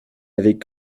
avait